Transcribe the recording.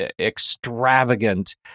extravagant